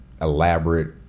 elaborate